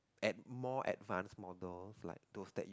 at more advanced model like those that you